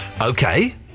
Okay